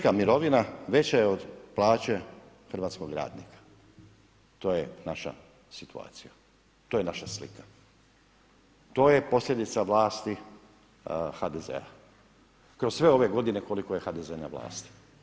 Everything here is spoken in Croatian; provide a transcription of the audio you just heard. Grčka mirovina veća je od plaće hrvatskog radnika, to je naša situacija, to je naša slika, to je posljedica vlasti HDZ-a kroz sve ove godine koliko je HDZ na vlasti.